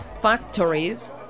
factories